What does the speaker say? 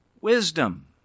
wisdom